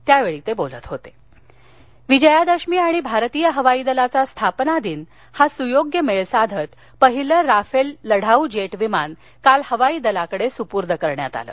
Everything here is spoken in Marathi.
राजनाथ सिंग विजया दशमी आणि भारतीय हवाई दलाचा स्थापना दिन हा स्योग्य मेळ साधत पहिलं राफेल लढाऊ जेट विमान काल हवाई दलाकडे सुपुर्द करण्यात आलं